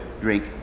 drink